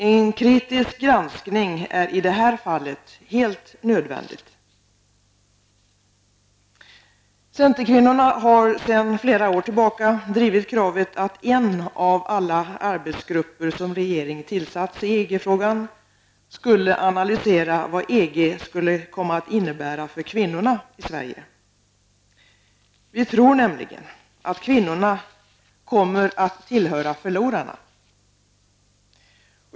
En kritisk granskning är i det här fallet nödvändig. Centerkvinnorna har sedan flera år tillbaka drivit kravet att en av alla arbetsgrupper som regeringen tillsatt i EG-frågan skulle analysera vad EG skulle komma att innebära för kvinnorna i Sverige. Vi tror nämligen att kvinnorna kommer att tillhöra förlorarna.